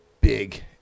big